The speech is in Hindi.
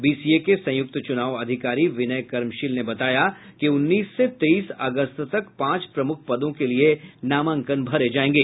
बीसीए के संयुक्त चुनाव अधिकारी विनय कर्मशील ने बताया कि उन्नीस से तेईस अगस्त तक पांच प्रमुख पदों के लिए नामांकन भरे जायेंगे